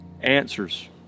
answers